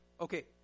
Okay